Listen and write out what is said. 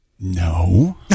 No